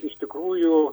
iš tikrųjų